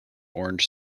orange